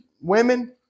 women